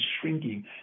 shrinking